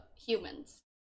humans